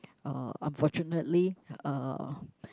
uh unfortunately uh